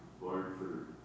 Lord